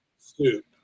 Soup